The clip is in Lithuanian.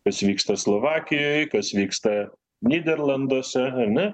kas vyksta slovakijoj kas vyksta nyderlanduose ane